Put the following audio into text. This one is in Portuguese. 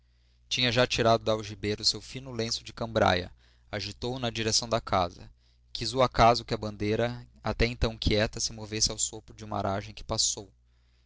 tinha já tirado da algibeira o seu fino lenço de cambraia agitou o na direção da casa quis o acaso que a bandeira até então quieta se movesse ao sopro de uma aragem que passou